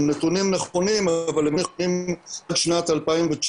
הם נתונים נכונים אבל הם נכונים לשנת 2019,